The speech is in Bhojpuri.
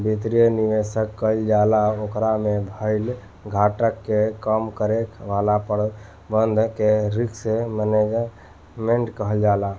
वित्तीय निवेश कईल जाला ओकरा में भईल घाटा के कम करे वाला प्रबंधन के रिस्क मैनजमेंट कहल जाला